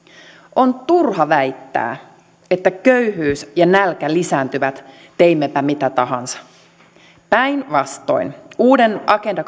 on turha väittää että köyhyys ja nälkä lisääntyvät teimmepä mitä tahansa päinvastoin uuden agenda